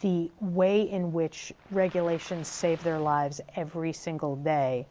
the way in which regulation save their lives every single day.